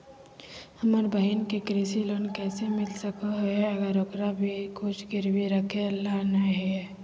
हमर बहिन के कृषि लोन कइसे मिल सको हइ, अगर ओकरा भीर कुछ गिरवी रखे ला नै हइ?